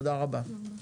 תודה רבה.